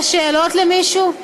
יש שאלות למישהו?